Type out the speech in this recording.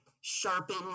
sharpen